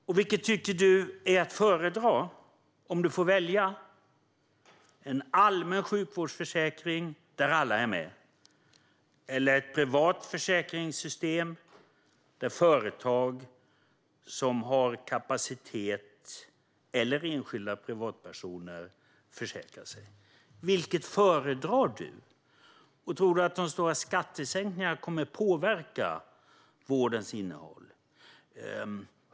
Och vad föredrar du: en allmän sjukvårdsförsäkring där alla är med eller ett privat försäkringssystem, där företag eller enskilda privatpersoner som har kapacitet försäkrar sig? Vilket föredrar du? Och tror du att de stora skattesänkningarna kommer att påverka vårdens innehåll?